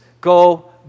go